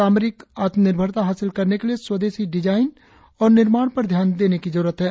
सामरिक आत्मनिर्भरता हासिल करने के लिए स्वदेशी डिजाइन और निर्माण पर ध्यान देने की जरुरत है